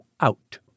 out